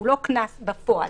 הוא לא קנס בפועל,